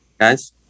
guys